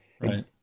Right